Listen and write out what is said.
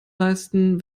leisten